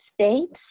states